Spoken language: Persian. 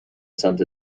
سمت